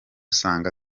usanga